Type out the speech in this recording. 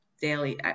daily